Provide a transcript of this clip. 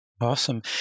Awesome